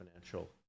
financial